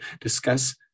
discuss